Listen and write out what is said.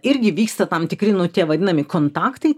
irgi vyksta tam tikri nu tie vadinami kontaktai